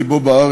כי פה בארץ/